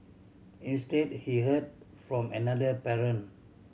instead he heard from another parent